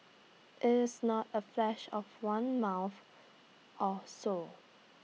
IT is not A flash of one month or so